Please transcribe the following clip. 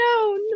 no